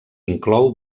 inclou